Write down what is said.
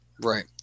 Right